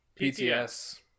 pts